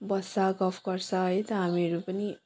बस्छ गफ गर्छ है त हामीहरू पनि